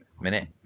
minute